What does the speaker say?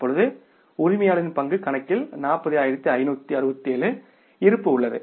அப்பொழுது உரிமையாளரின் பங்கு கணக்கில் 40567 இருப்பு உள்ளது